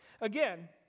Again